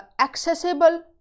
accessible